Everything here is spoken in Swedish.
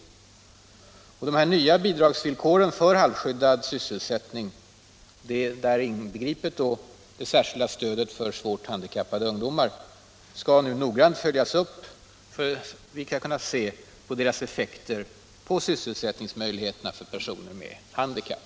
De nya bi Nr 47 dragsvillkoren för halvskyddad sysselsättning, däri inbegripet det särskilda Torsdagen den stödet för svårt handikappade ungdomar, skall nu noggrant följas upp så 16 december 1976 att vi kan se effekterna på sysselsättningsmöjligheterna för personer med handikapp.